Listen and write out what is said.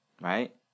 Right